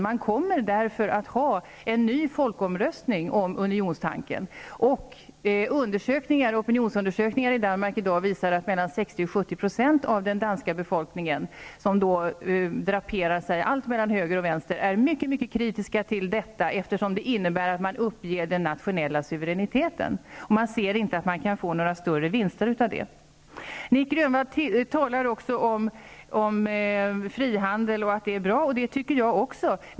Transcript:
Man kommer därför att ha en ny folkomröstning om unionstanken. Opinionsundersökningar i Danmark i dag visar att 60--70 % av den danska befolkningen, som draperar sig från höger till vänster, är mycket kritiska till detta, eftersom det innebär att man ger upp den nationella suveräniteten. Man ser inte att man får några större vinster på det. Nic Grönvall talar också om frihandel och att det är bra. Det tycker jag också.